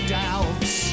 doubts